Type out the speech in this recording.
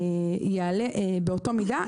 יעלה באותה מידה,